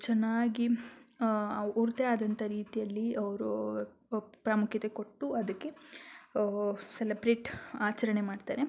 ಚೆನ್ನಾಗಿ ಅವ್ರದ್ದೇ ಆದಂಥ ರೀತಿಯಲ್ಲಿ ಅವರು ಪ್ರಾಮುಖ್ಯತೆ ಕೊಟ್ಟು ಅದಕ್ಕೆ ಸೆಲಬ್ರೇಟ್ ಆಚರಣೆ ಮಾಡ್ತಾರೆ